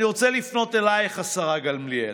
אני רוצה לפנות אלייך, השרה גמליאל,